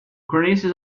cornices